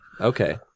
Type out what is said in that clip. Okay